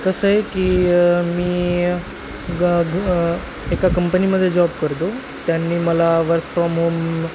कसं आहे की मी ग ग एका कंपनीमधे जॉब करतो त्यांनी मला वर्क फ्रॉम होम